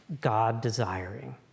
God-desiring